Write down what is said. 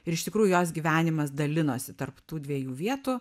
ir iš tikrųjų jos gyvenimas dalinosi tarp tų dviejų vietų